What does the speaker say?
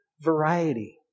variety